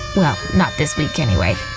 well, not this week anyway.